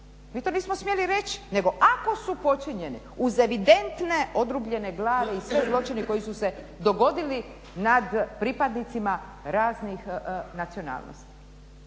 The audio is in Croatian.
Mi to nismo smjeli reći, nego ako su počinjeni uz evidentne odrubljene glave i sve zločine koji su se dogodili nad pripadnicima raznih nacionalnosti.